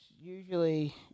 usually